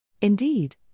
Indeed